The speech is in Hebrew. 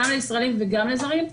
גם לישראלים וגם לזרים.